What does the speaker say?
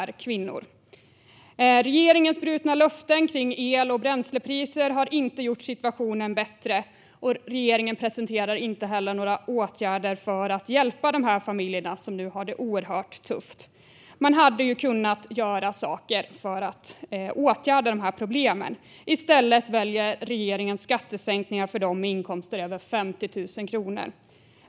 Regeringens brutna löften när det gäller el och bränslepriser har inte gjort situationen bättre. Regeringen presenterar inte heller några åtgärder för att hjälpa de familjer som nu har det oerhört tufft. Man hade kunnat göra saker för att åtgärda problemen. I stället väljer regeringen skattesänkningar för dem som har inkomster över 50 000 kronor.